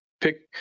pick